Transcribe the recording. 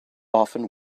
often